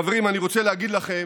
חברים, אני רוצה להגיד לכם